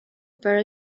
were